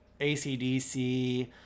ACDC